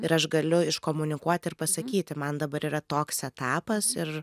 ir aš galiu iškomunikuoti ir pasakyti man dabar yra toks etapas ir